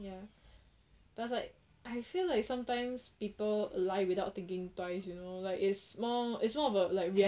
ya but like I feel like sometimes people lie without thinking twice you know like it's more it's more of like reaction